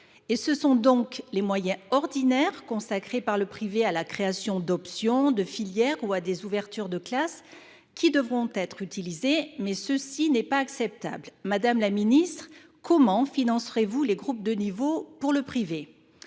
ce sont donc les moyens ordinaires consacrés par le privé à la création d’options ou de filières ou à des ouvertures de classes qui devront être utilisés ; voilà qui n’est pas acceptable. Madame la ministre, comment financerez vous les groupes de niveau dans le privé ?